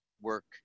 work